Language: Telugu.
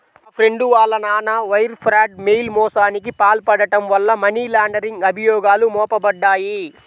మా ఫ్రెండు వాళ్ళ నాన్న వైర్ ఫ్రాడ్, మెయిల్ మోసానికి పాల్పడటం వల్ల మనీ లాండరింగ్ అభియోగాలు మోపబడ్డాయి